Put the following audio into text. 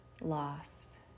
lost